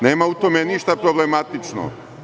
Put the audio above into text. Nema u tome ništa problematično.